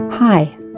Hi